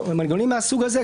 או מנגנונים מהסוג הזה,